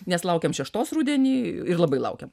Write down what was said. nes laukiam šeštos rudenį ir labai laukiam